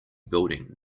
building